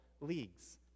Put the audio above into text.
leagues